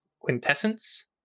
quintessence